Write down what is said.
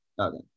Okay